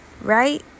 right